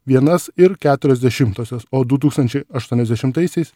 vienas ir keturios dešimtosios o du tūkstančiai aštuoniasdešimtaisiais